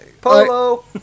Polo